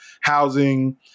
housing